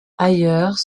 ailleurs